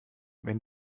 wenn